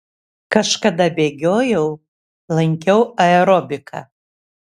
kažkada bėgiojau lankiau aerobiką